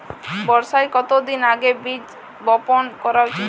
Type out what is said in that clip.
বর্ষার কতদিন আগে বীজ বপন করা উচিৎ?